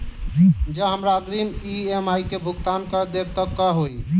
जँ हमरा अग्रिम ई.एम.आई केँ भुगतान करऽ देब तऽ कऽ होइ?